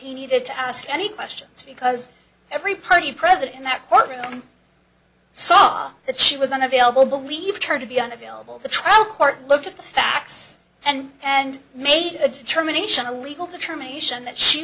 he needed to ask any questions because every party present in that courtroom saw that she was unavailable believed her to be unavailable the trial court looked at the facts and and made a determination a legal determination that she